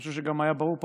אני חושב שגם היה ברור פה.